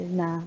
na